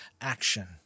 action